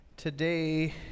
Today